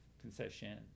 Concession